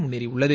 முன்னேறியுள்ளது